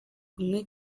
kumwe